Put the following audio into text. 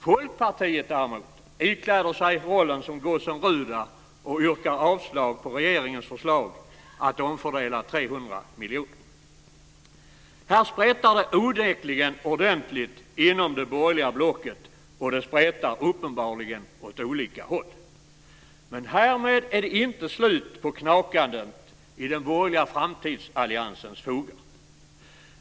Folkpartiet, däremot, ikläder sig gossen Rudas roll och yrkar avslag på regeringens förslag att omfördela Här spretar det onekligen ordentligt inom det borgerliga blocket, och det spretar uppenbarligen åt olika håll. Men härmed är det inte slut på knakandet i den borgerliga framtidsalliansens fogar.